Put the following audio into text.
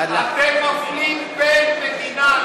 אתם מפלים בין מדינה,